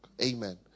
amen